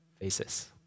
faces